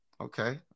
Okay